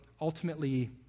ultimately